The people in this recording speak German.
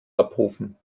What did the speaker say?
abrufen